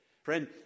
Friend